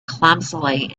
clumsily